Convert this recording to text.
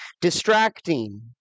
distracting